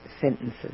sentences